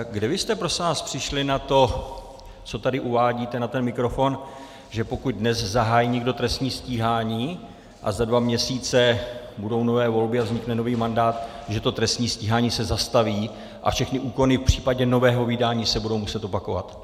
Kde vy jste, prosím vás, přišli na to, co tady uvádíte na ten mikrofon, že pokud dnes zahájí někdo trestní stíhání a za dva měsíce budou nové volby a vznikne nový mandát, že to trestní stíhání se zastaví a všechny úkony v případě nového vydání se budou muset opakovat?